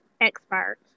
expert